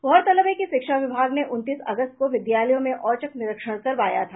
गौरतलब है कि शिक्षा विभाग ने उनतीस अगस्त को विद्यालयों में औचक निरीक्षण करवाया था